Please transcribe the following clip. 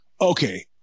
okay